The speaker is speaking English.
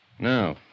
Now